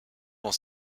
dans